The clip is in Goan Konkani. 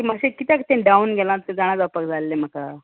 मातशें किद्याक तें डावन गेलां तें जाणां जावपाक जाय आनी म्हाका